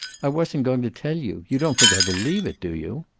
i wasn't going to tell you. you don't think i believe it, do you?